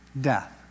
death